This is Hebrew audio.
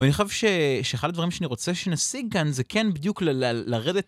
ואני חושב שאחד הדברים שאני רוצה שנשיג כאן זה כן בדיוק לרדת...